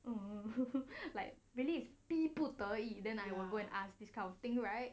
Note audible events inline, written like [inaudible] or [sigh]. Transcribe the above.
[laughs] I'm like really is being 逼不得已 then I go and ask this kind of thing right